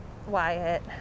Wyatt